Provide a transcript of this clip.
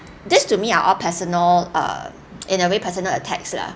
this to me are all personal err in a very personal attacks lah